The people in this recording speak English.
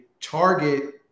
target